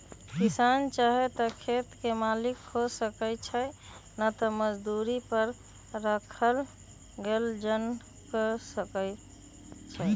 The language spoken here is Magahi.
किसान चाहे त खेत के मालिक हो सकै छइ न त मजदुरी पर राखल गेल जन हो सकै छइ